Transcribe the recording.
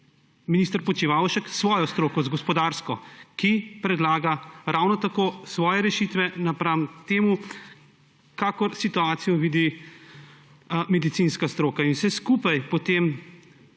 minister Počivalšek s svojo stroko, z gospodarsko, ki predlaga ravno tako svoje rešitve napram temu, kakor situacijo vidi medicinska stroka, in vse skupaj potem